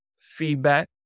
feedback